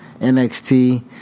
NXT